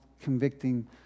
convicting